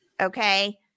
Okay